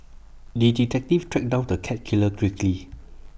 the detective tracked down the cat killer quickly